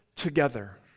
together